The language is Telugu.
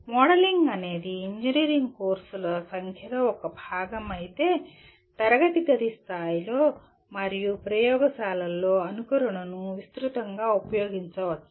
మోడలింగ్ అనేది ఇంజనీరింగ్ కోర్సుల సంఖ్యలో ఒక భాగం అయితే తరగతి గది స్థాయిలో మరియు ప్రయోగశాలలలో అనుకరణను విస్తృతంగా ఉపయోగించవచ్చు